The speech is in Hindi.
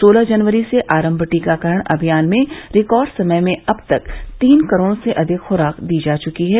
सोलह जनवरी से आरंभ टीकाकरण अभियान में रिकॉर्ड समय में अब तक तीन करोड़ से अधिक खुराक दी जा चुकी हैं